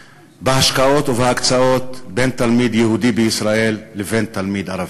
בהשקעות ובהקצאות בין תלמיד יהודי בישראל לבין תלמיד ערבי.